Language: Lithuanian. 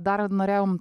dar norėjom